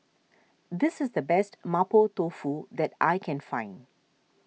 this is the best Mapo Tofu that I can find